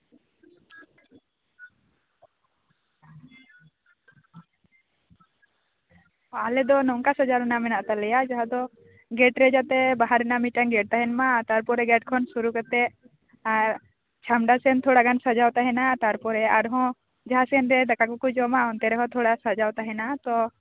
ᱟᱞᱮ ᱫᱚ ᱱᱚᱝᱠᱟ ᱥᱟᱡᱟᱣ ᱨᱮᱱᱟᱜ ᱢᱮᱱᱟᱜ ᱛᱟᱞᱮᱭᱟ ᱡᱟᱦᱟᱸ ᱫᱚ ᱜᱮᱴ ᱨᱮ ᱡᱟᱛᱮ ᱵᱟᱦᱟ ᱨᱮᱱᱟᱜ ᱢᱤᱫᱴᱟᱝ ᱜᱮᱴ ᱛᱟᱦᱮᱸᱱᱢᱟ ᱟᱨ ᱛᱟᱯᱚᱨᱮ ᱜᱮᱴ ᱠᱷᱚᱱ ᱮᱦᱚᱵ ᱠᱟᱛᱮᱫ ᱟᱨ ᱪᱷᱟᱢᱰᱟ ᱥᱮᱫ ᱛᱷᱚᱲᱟ ᱜᱟᱱ ᱥᱟᱡᱟᱣ ᱛᱟᱦᱮᱸᱱᱟ ᱛᱟᱨᱯᱚᱨᱮ ᱟᱨᱦᱚᱸ ᱡᱟᱦᱟᱸ ᱥᱮᱱᱛᱮ ᱫᱟᱠᱟ ᱠᱚᱠᱚ ᱡᱚᱢᱟ ᱚᱱᱛᱮ ᱨᱮᱦᱚᱸ ᱛᱷᱚᱲᱟ ᱥᱟᱡᱟᱣ ᱛᱟᱦᱮᱸᱱᱟ ᱛᱚ